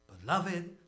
Beloved